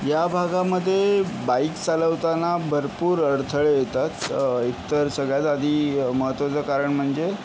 या भागामध्ये बाईक चालवताना भरपूर अडथळे येतात एकतर सगळ्यात आधी महत्त्वाचं कारण म्हणजे